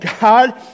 God